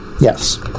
Yes